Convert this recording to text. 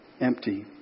empty